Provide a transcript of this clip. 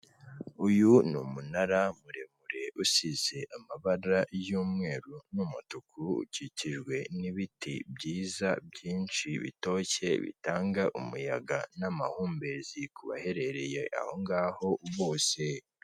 Uyu umunara muremure usize amabara y'mweru n'umutuku ukikijwe n'ibiti byiza byinshi bitoshye bitanga umuyaga n'amahumbezi ku baherereye aho ngaho bose.